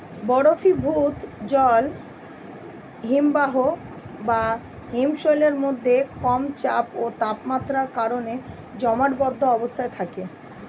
বরফীভূত জল হিমবাহ বা হিমশৈলের মধ্যে কম চাপ ও তাপমাত্রার কারণে জমাটবদ্ধ অবস্থায় থাকে